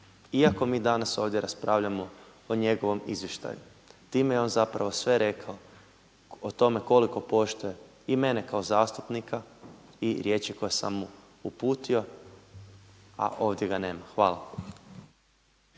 Iako mi danas ovdje raspravljamo o njegovom izvještaju. Time je on zapravo sve rekao o tome koliko poštuje i mene kao zastupnika i riječi koje sam mu uputio a ovdje ga nema. Hvala.